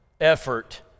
effort